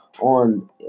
on